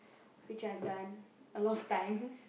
which I have done a lot of times